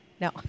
no